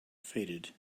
faded